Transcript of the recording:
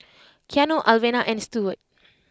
Keanu Alvena and Stewart